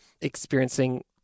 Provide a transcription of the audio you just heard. experiencing